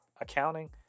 accounting